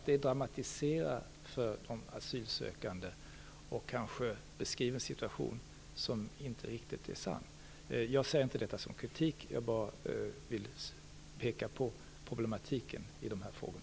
Det dramatiserar för de asylsökande om man beskriver en situation som inte är riktigt sann. Jag säger inte detta som kritik. Jag ville bara peka på problematiken i dessa frågor.